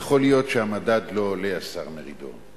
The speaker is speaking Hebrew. יכול להיות שהמדד לא עולה, השר מרידור,